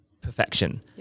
perfection